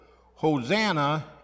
Hosanna